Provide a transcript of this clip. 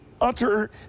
utter